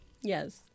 Yes